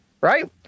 Right